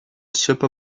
super